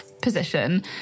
position